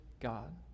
God